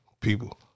people